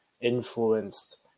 influenced